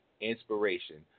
inspiration